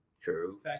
True